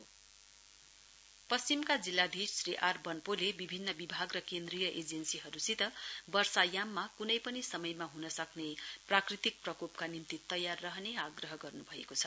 monsoon meeting west पश्चिमका जिल्लाधीश Shri R Banpole विभिन्न विभाग र केन्द्रीय एजेन्सीहरूसित वर्षायाममा कुनै पनि समयमा ह्न सक्ने प्राकृतिक प्रकोपका निम्ति तयार रहने आग्रह गर्नु भएको छ